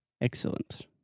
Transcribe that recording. excellent